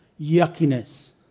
yuckiness